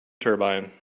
turbine